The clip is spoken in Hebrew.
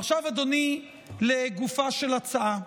ועכשיו, אדוני, לגופה של הצעה.